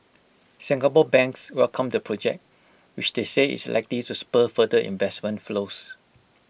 Singapore banks welcomed the project which they say is likely to spur further investment flows